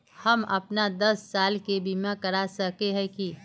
हम अपन दस साल के बीमा करा सके है की?